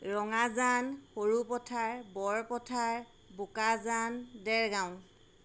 Rangajan Sarupathar Borpathar Bokajan Dergaon